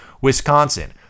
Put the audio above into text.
Wisconsin